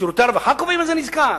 שירותי הרווחה קובעים מה זה נזקק?